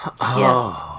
Yes